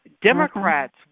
Democrats